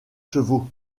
chevaux